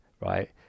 right